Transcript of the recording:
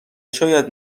شاید